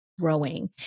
growing